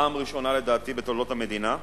לדעתי פעם ראשונה בתולדות המדינה: